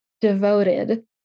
devoted